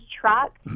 truck